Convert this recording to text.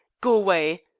go away.